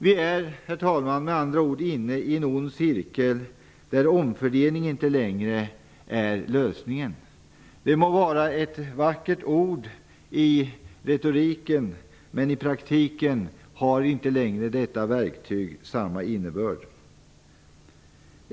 Vi är, herr talman, med andra ord inne i en ond cirkel där omfördelningen inte längre är lösningen. Det må vara ett vackert ord i retoriken, men i praktiken har detta verktyg inte längre samma innebörd.